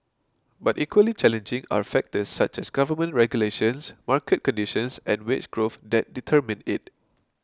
but equally challenging are factors such as government regulations market conditions and wage growth that determine it